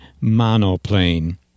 monoplane